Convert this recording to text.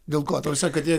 dėl ko ta prasme kad jie